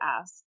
ask